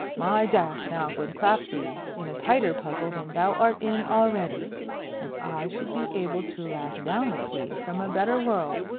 my death now would clap thee in a tighter puzzle than thou art in already and i should be able to laugh down at thee from a better world,